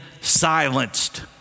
silenced